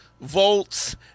volts